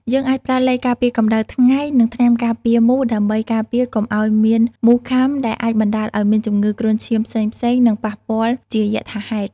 យើងអាចប្រើឡេការពារកំដៅថ្ងៃនិងថ្នាំការពារមូសដើម្បីការពារកុំឲ្យមានមូសខាំដែលអាចបណ្តាលឲ្យមានជំនឺគ្រុនឈាមផ្សេងៗនិងប៉ះពាលជាយថាហេតុ។